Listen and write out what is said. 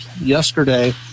yesterday